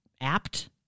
apt